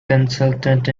consultant